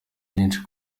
byinshi